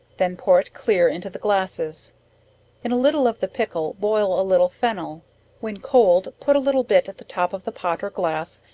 then pour it clear into the glasses in a little of the pickle, boil a little fennel when cold, put a little bit at the top of the pot or glass,